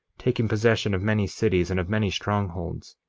taking possession of many cities and of many strongholds.